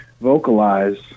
vocalize